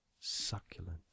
succulent